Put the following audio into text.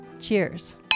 cheers